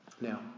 Now